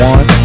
One